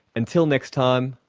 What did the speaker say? until next time,